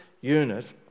unit